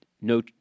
no